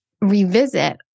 revisit